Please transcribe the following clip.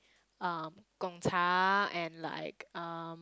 um Gong-cha and like um